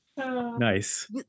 Nice